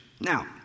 Now